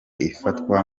ifatwa